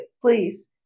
please